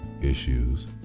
issues